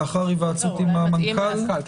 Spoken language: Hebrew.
לאחר היוועצות עם המנכ"ל?